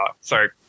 sorry